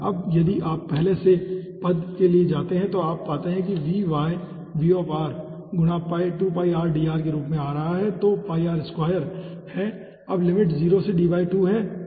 अब यदि आप यहां पहले पद के लिए आते हैं तो आप देखते हैं कि यह vy V गुणा dr के रूप में आ रहा है जो 2 है और अब लिमिट 0 से D 2 है